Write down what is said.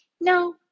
No